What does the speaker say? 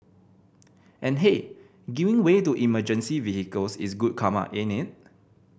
and hey giving way to emergency vehicles is good karma ain't it